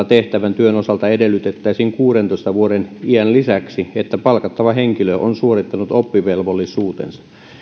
tehtävän työn osalta edellytettäisiin kuudentoista vuoden iän lisäksi että palkattava henkilö on suorittanut oppivelvollisuutensa